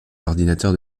l’ordinateur